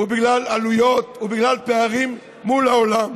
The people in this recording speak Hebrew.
הוא בגלל עלויות ובגלל פערים מול העולם.